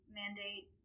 mandate